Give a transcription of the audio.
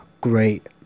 great